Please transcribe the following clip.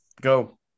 Go